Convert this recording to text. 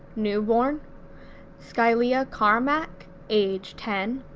newborn skylea carmack age ten,